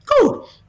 cool